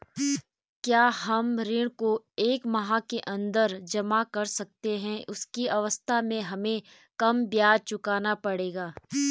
क्या हम ऋण को एक माह के अन्दर जमा कर सकते हैं उस अवस्था में हमें कम ब्याज चुकाना पड़ेगा?